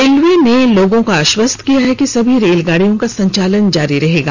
railway ने लोगों को आश्वस्त किया है कि सभी रेलगाड़ियों का संचालन जारी रहेगा